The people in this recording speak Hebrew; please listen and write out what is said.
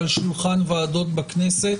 על שולחן ועדות בכנסת.